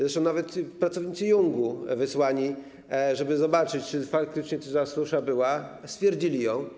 Zresztą nawet pracownicy IUNG-u wysłani, żeby zobaczyć, czy faktycznie ta susza była, stwierdzili ją.